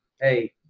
hey